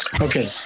Okay